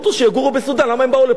שיגורו בסודן, למה הם באו לפה?